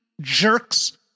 jerks